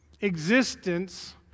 existence